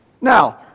Now